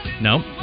No